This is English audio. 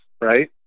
right